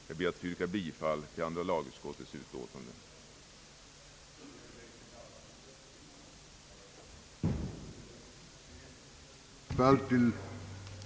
Jag ber att få yrka bifall till andra lagutskottets utlåtande nr 14.